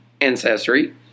ancestry